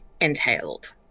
entailed